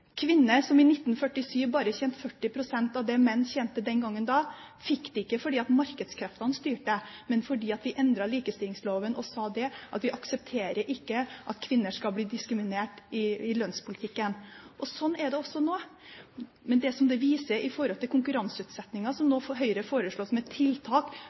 Kvinner som i 1947 bare tjente 40 pst. av det menn tjente den gangen, fikk det ikke fordi markedskreftene styrte, men fordi vi endret likestillingsloven. Vi sa at vi ikke aksepterer at kvinner skal bli diskriminert i lønnspolitikken. Sånn er det også nå. Men det dette viser i forhold til konkurranseutsettingen, som nå Høyre foreslår som et tiltak